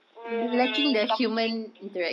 mm suffocating